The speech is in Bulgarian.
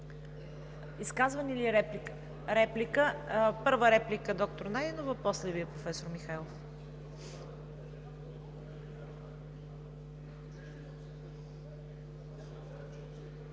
Иванов. Реплики? Първа реплика – доктор Найденова, после Вие, професор Михайлов.